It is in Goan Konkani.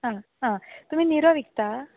आं आं तुमी निरो विकतात